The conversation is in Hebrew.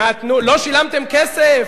לא שילמנו כסף,